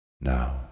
Now